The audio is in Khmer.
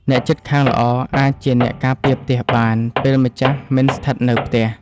អ្នកជិតខាងល្អអាចជាអ្នកការពារផ្ទះបានពេលម្ចាស់មិនស្ថិតនៅផ្ទះ។